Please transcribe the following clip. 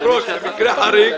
היושב-ראש, במקרה חריג,